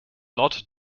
lot